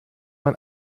man